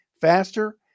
faster